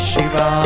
Shiva